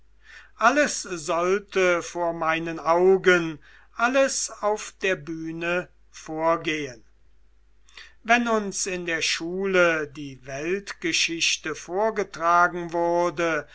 alles sollte vor meinen augen alles auf der bühne vorgehen wenn uns in der schule die weltgeschichte vorgetragen wurde